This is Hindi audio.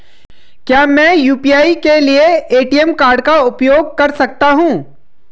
क्या मैं यू.पी.आई के लिए ए.टी.एम कार्ड का उपयोग कर सकता हूँ?